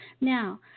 now